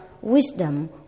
wisdom